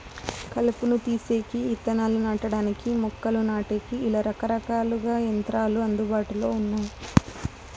కలుపును తీసేకి, ఇత్తనాలు నాటడానికి, మొక్కలు నాటేకి, ఇలా రకరకాల యంత్రాలు అందుబాటులో ఉన్నాయి